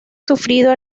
sufrido